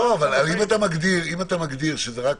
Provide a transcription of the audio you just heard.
אם אתה מגדיר שיציאה להלוויה,